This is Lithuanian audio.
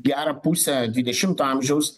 gerą pusę dvidešimto amžiaus